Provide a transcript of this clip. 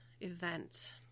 event